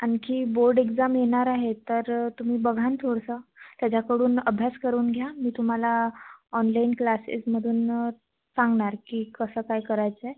आणखी board exam येणार आहे तर तुम्ही बघान थोडंसं त्याच्याकडून अभ्यास करून घ्या मी तुम्हाला ऑनलाइन क्लासेसमधून सांगणार की कसं काय करायचं आहे